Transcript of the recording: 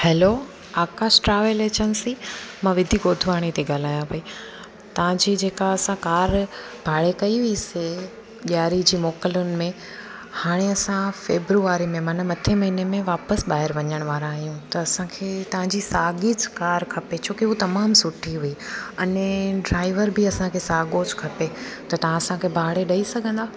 hello Akash travel agency मां विधी गोधवाणी थी ॻाल्हायां पई तव्हांजी जेका असां कार भाड़े कई हुई से ॾियारी जी मोकलनि में हाणे असां फेबरुअरी में मथे महिने में वापसि ॿाहिरि वञणु वारा आहियूं त असांखे तव्हांजी साॻिए कार खपे छोकी हूअ तमामु सुठी हुई अने ड्राइवर बि असांखे साॻियो खपे त तव्हां असांखे भाड़े ॾेई सघंदा